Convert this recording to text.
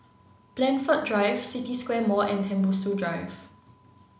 Blandford Drive City Square Mall and Tembusu Drive